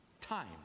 Time